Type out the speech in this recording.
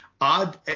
odd